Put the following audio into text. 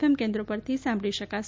એમ કેન્દ્રો પરથી સાંભળી શકાશે